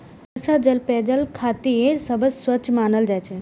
वर्षा जल पेयजल खातिर सबसं स्वच्छ मानल जाइ छै